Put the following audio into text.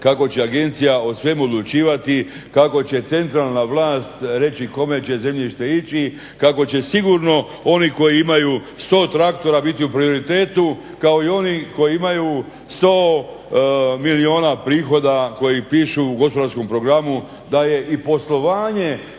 kako će agencija o svemu odlučivati, kako će centralna vlast reći kome će zemljište ići, kako će sigurno oni koji imaju 100 traktora biti u prioritetu kao i oni koji imaju 100 milijuna prihoda koji pišu u gospodarskom programu da je i poslovanje